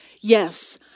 Yes